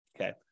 Okay